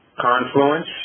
Confluence